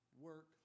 Work